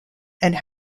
and